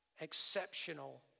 exceptional